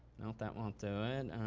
nope, that won't do and